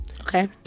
Okay